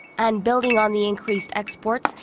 and building on the increased exports.